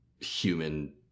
human